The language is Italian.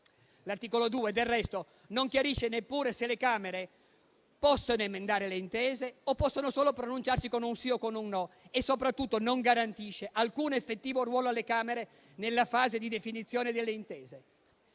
L'articolo 2, del resto, non chiarisce neppure se le Camere possano emendare le intese o solo pronunciarsi con un sì o con un no e soprattutto non garantisce alcun effettivo ruolo alle Camere nella fase di definizione delle intese.